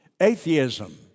Atheism